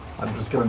i'm just